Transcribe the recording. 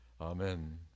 amen